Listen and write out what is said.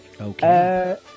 Okay